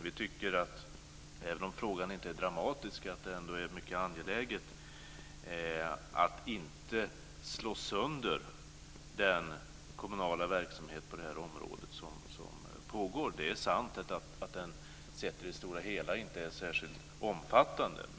Vi tycker, även om frågan inte är dramatisk, att det är mycket angeläget att inte slå sönder den kommunala verksamhet på det här området som pågår. Det är sant att den sett i det stora hela inte är särskilt omfattande.